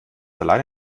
alleine